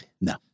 No